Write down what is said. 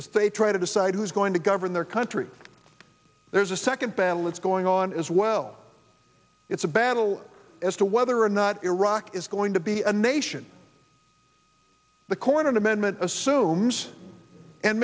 as they try to decide who's going to govern their country there's a second battle that's going on as well it's a battle as to whether or not iraq is going to be a nation the corn amendment assumes